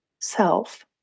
self